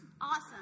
Awesome